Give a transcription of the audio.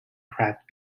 craft